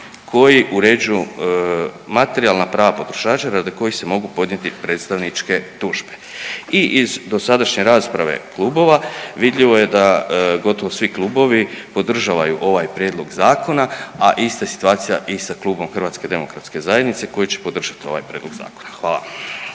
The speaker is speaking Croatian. koji uređuju materijalna prava potrošača radi kojih se mogu podnijeti predstavničke tužbe. I iz dosadašnje rasprave klubova vidljivo je da gotovo svi klubovi podržavaju ovaj prijedlog zakona, a ista je situacija i sa Klubom HDZ-a koji će podržat ovaj prijedlog zakona, hvala.